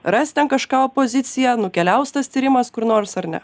ras ten kažką opozicija nukeliaus tas tyrimas kur nors ar ne